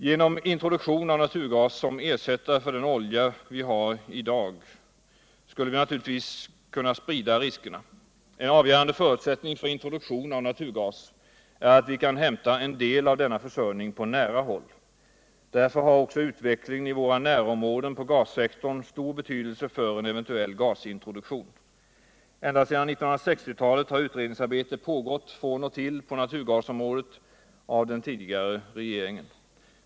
Genom introduktion av naturgas som crsättare för den olja vi i dag använder skulle vi naturligtvis kunna sprida riskerna. En avgörande förutsättning för introduktion av naturgas är att vi kan hämta en del av denna försörjning på nära håll. Därför har också utvecklingen i våra närområden på gassektorn stor betydelse för en eventuell gasintroduktion. Ända sedan 1960 talet har utredningsarbete pågått från och till på naturgasområdet av den tidigare regeringen.